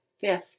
fifth